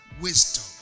wisdom